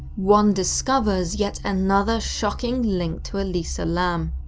one discovers yet another shocking link to elisa lam.